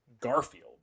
Garfield